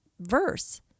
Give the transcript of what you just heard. verse